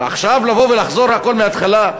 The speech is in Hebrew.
עכשיו לבוא ולחזור הכול מההתחלה?